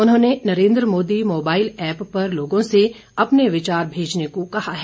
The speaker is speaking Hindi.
उन्होंने नरेन्द्र मोदी मोबाइल ऐप पर लोगो से अपने विचार भेजने को कहा है